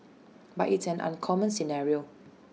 but it's an uncommon scenario